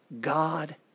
God